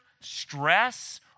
stress